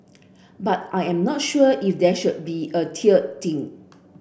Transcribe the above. but I am not sure if there should be a tiered thing